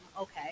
Okay